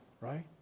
right